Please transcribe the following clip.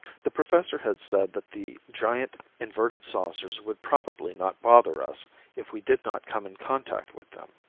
the professor had said that the giant inverted saucers would probably not bother us if we did not come in contact with them.